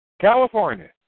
California